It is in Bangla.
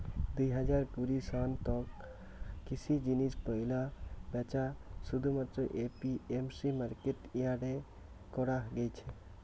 দুই হাজার কুড়ি সন তক কৃষি জিনিস পৈলা ব্যাচা শুধুমাত্র এ.পি.এম.সি মার্কেট ইয়ার্ডে করা গেইছে